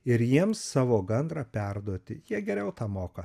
ir jiems savo gandrą perduoti jie geriau tą moka